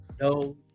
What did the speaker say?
no